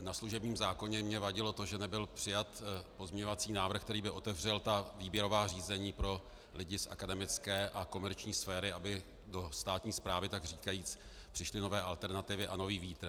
Na služebním zákoně mně vadilo to, že nebyl přijat pozměňovací návrh, který by otevřel výběrová řízení pro lidi z akademické a komerční sféry, aby do státní správy takříkajíc přišly nové alternativy a nový vítr.